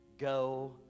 go